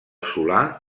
solar